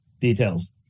details